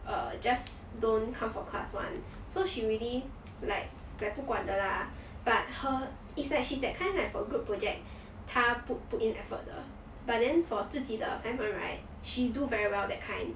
err just don't come for class [one] so she really like like 不管的啦 but her it's like she's that kind like for group project 她不 put in effort 的 but then for 自己的 assignment right she do very well that kind